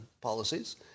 policies